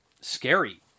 scary